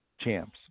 champs